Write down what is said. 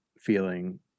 feeling